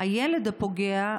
הילד הפוגע,